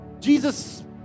Jesus